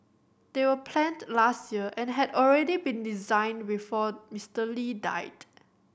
they were planned last year and had already been designed before Mister Lee died